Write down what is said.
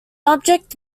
object